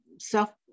self